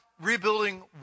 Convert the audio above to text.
rebuilding